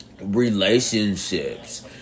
relationships